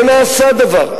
לא נעשה דבר.